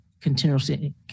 continuously